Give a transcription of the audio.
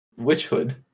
Witchhood